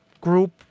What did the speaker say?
group